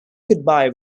goodbye